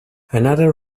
another